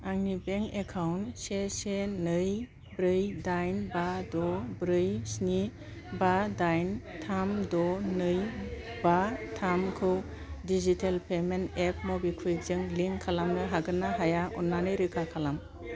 आंनि bank account से से नै ब्रै डाइन बा द' ब्रै सिनि बा डाइन थाम द' नै बा थाम खौ डिजिटेल पेमेन्ट एप मबिकुइकजों लिंक खालामनो हागोन ना हाया अन्नानै रोखा खालाम